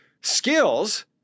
skills